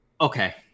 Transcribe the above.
Okay